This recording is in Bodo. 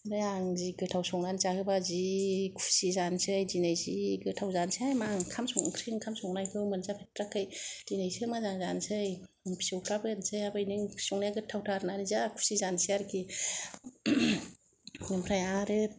ओमफ्राय आं जि गोथाव संनानै जाहोबा जि खुसि जानोसै दिनै जि गोथाव जानोसै हाय मा ओंखाम ओंख्रि संनायखौ मोनजा फेरथ्राखै दिनैसो मोजां जानोसै फिसौफ्राबो होननोसै आबै नों ओंख्रि संनाया गोथावथार होननानै जा खुसि जानोसै आरोखि ओमफ्राय आरो